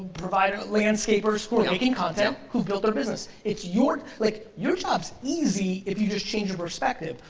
providers, landscapers who are making content who built their business. it's your, like your job's easy if you just change your perspective,